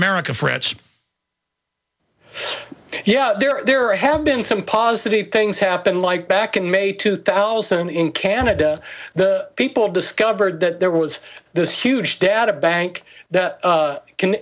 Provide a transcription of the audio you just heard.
america frets yeah there are have been some positive things happen like back in may two thousand in canada the people discovered that there was this huge data bank that can can